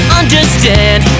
understand